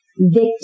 victim